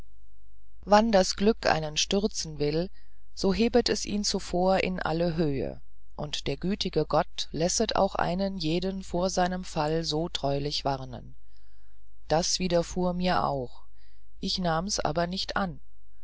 wann das glück einen stürzen will so hebet es ihn zuvor in alle höhe und der gütige gott lässet auch einen jeden vor seinem fall so treulich warnen das widerfuhr mir auch ich nahms aber nicht an